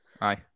Aye